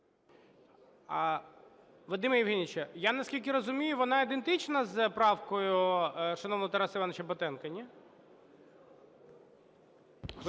Вадим Євгенійович, я наскільки розумію, вона ідентична з правкою шановного Тараса Івановича Батенка, ні?